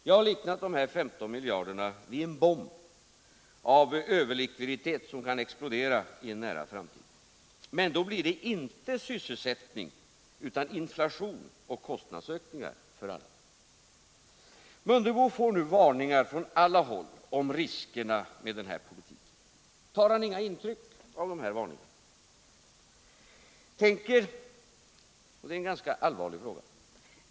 Jag har liknat de här 15 miljarderna vid en bomb av överlikviditet som kan explodera i en nära framtid. Men då blir det inte sysselsättning utan inflation och kostnadsökningar för alla. Ingemar Mundebo får nu varningar från alla håll om riskerna med den här politiken. Tar han inget intryck av de här varningarna? Det är en ganska allvarlig fråga.